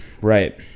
Right